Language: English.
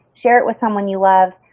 share it with someone you love,